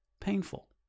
painful